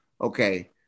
Okay